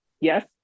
Yes